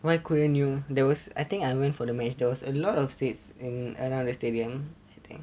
why couldn't you there was I think I went for the match there was a lot of seats in around the stadium I think